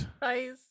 Bye